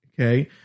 okay